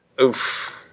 Oof